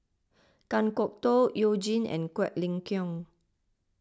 Kan Kwok Toh You Jin and Quek Ling Kiong